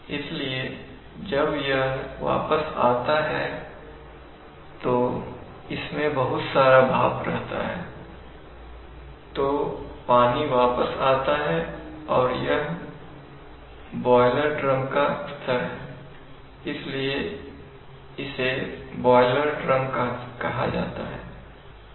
इसलिए जब यह वापस आता है तो इसमें बहुत सारा भाप रहता है तो पानी वापस आता है और यह बॉयलर ड्रम का स्तर है इसलिए इसे ब्वॉयलर ड्रम कहा जाता है